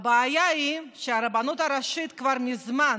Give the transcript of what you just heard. הבעיה היא שהרבנות הראשית כבר מזמן